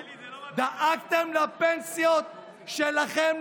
דאגתם לפנסיות שלכם,